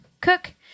cook